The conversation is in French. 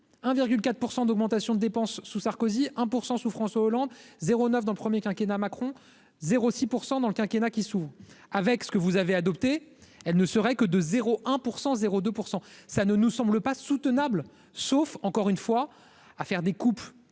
4 % d'augmentation de dépenses sous Sarkozy un % sous François Hollande 09 dans le premier quinquennat Macron 0 6 % dans le quinquennat qui s'ouvre avec ce que vous avez adoptée, elle ne serait que de 0 1 % 0 2 % ça ne nous semble pas soutenable, sauf encore une fois, à faire des coupes